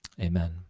Amen